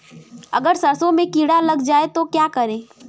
अगर सरसों में कीड़ा लग जाए तो क्या करें?